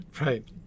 Right